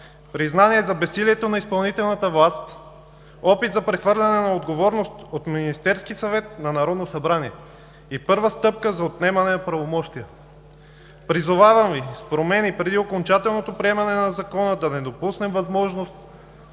признание за безсилието на изпълнителната власт, опит за прехвърляне на отговорност от Министерски съвет на Народно събрание и първа стъпка за отнемане на правомощия. Призовавам Ви, с промени преди окончателното приемане на Закона да не допуснем възможност